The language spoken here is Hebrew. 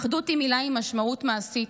אחדות היא מילה עם משמעות מעשית,